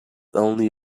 only